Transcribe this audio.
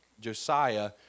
Josiah